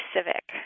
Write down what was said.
Civic